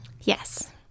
Yes